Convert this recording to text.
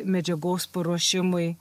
medžiagos paruošimui